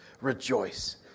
Rejoice